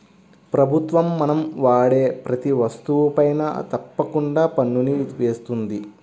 ప్రభుత్వం మనం వాడే ప్రతీ వస్తువుపైనా తప్పకుండా పన్నుని వేస్తుంది